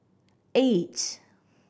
eight